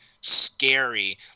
scary